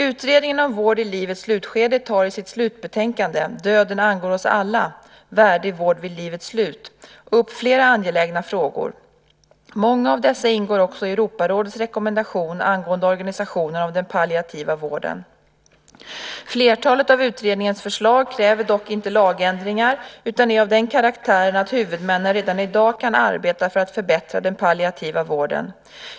Utredningen om vård i livets slutskede tar i sitt slutbetänkande Döden angår oss alla - värdig vård vid livets slut upp flera angelägna frågor. Många av dessa ingår också i Europarådets rekommendation angående organisationen av den palliativa vården. Flertalet av utredningens förslag kräver dock inte lagändringar utan är av den karaktären att huvudmännen redan i dag kan arbeta för att förbättra den palliativa vården.